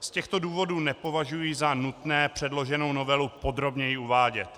Z těchto důvodů nepovažuji za nutné předloženou novelu podrobněji uvádět.